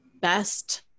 best